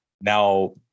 now